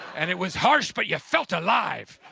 and it was harsh, but you felt alive!